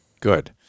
good